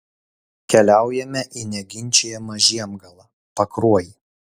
keliaujame į neginčijamą žiemgalą pakruojį